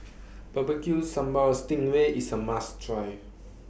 Barbecue Sambal Sting Ray IS A must Try